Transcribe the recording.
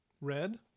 red